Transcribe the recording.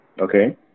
Okay